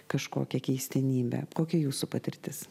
kažkokią keistenybę kokia jūsų patirtis